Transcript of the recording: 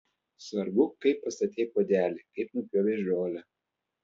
svarbu kaip pastatei puodelį kaip nupjovei žolę